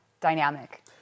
dynamic